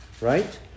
right